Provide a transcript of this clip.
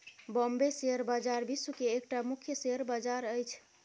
Bombay share बजार विश्व के एकटा मुख्य शेयर बजार अछि